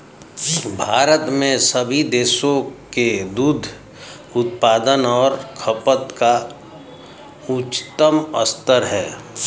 भारत में सभी देशों के दूध उत्पादन और खपत का उच्चतम स्तर है